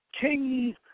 king